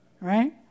right